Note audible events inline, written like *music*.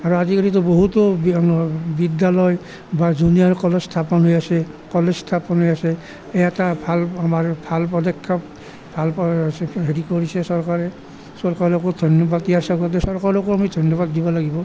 আৰু আজিকালিতো বহুতো *unintelligible* বিদ্যালয় বা জুনিয়ৰ কলেজ স্থাপন হৈ আছে কলেজ স্থাপন হৈ আছে এটা ভাল আমাৰ ভাল পদক্ষেপ ভাল *unintelligible* হেৰি কৰিছে চৰকাৰে চৰকাৰকো ধন্যবাদ দিয়া আচলতে চৰকাৰকো আমি ধন্যবাদ দিবা লাগিব